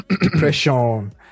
depression